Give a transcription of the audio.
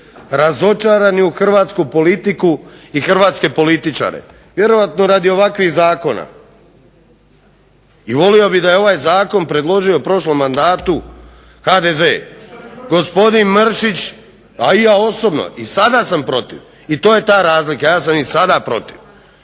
razočarani u hrvatsku politiku i hrvatske političare. Vjerojatno radi ovakvih zakona. I volio bih da je ovaj Zakon predložio u prošlom mandatu HDZ, gospodin Mršić a i ja osobno sada sam protiv. I to je ta razlika. Ja sam i sada protiv.